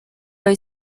hoy